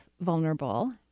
vulnerable